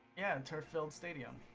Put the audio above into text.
yeah and are filled stadium